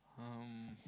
um